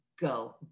go